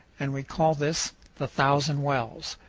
and we call this the thousand wells.